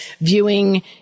viewing